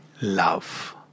love